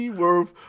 worth